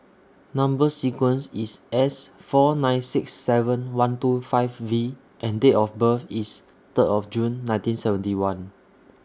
Number sequence IS S four nine six seven one two five V and Date of birth IS Third of June nineteen seventy one